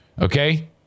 Okay